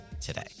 today